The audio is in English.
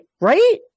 Right